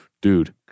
dude